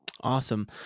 awesome